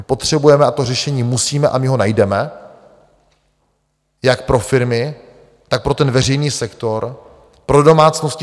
My potřebujeme a to řešení musíme, a my ho najdeme, jak pro firmy, tak pro veřejný sektor, pro domácnosti.